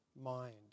mind